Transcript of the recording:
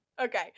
Okay